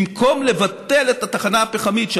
במקום לבטל את התחנה הפחמית בחדרה,